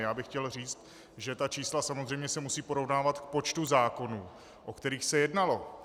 Já bych chtěl říct, že ta čísla se samozřejmě musí porovnávat k počtu zákonů, o kterých se jednalo.